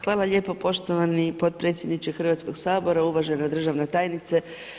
Hvala lijepo poštovani potpredsjedniče Hrvatskoga sabora, uvažena državna tajnice.